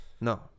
No